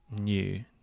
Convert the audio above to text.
new